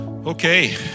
Okay